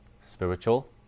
Spiritual